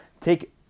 Take